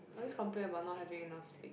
always complain about not having enough sleep